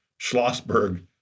Schlossberg